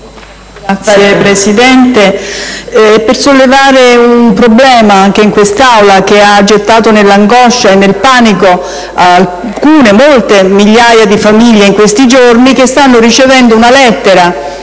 intervengo per sollevare un problema in quest'Aula che ha gettato nell'angoscia e nel panico molte migliaia di famiglie in questi giorni, che stanno ricevendo una lettera